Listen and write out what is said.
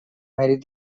mèrit